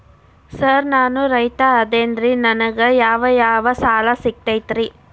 Sir ನಾನು ರೈತ ಅದೆನ್ರಿ ನನಗ ಯಾವ್ ಯಾವ್ ಸಾಲಾ ಸಿಗ್ತೈತ್ರಿ?